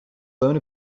lone